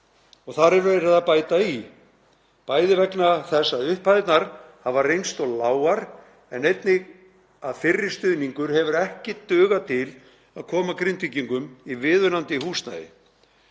og þar er verið að bæta í, bæði vegna þess að upphæðirnar hafa reynst of lágar en einnig vegna þess að fyrri stuðningur hefur ekki dugað til að koma Grindvíkingum í viðunandi húsnæði.